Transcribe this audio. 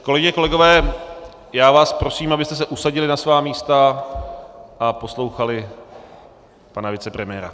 Kolegyně a kolegové, já vás prosím, abyste se usadili na svá místa a poslouchali pana vicepremiéra.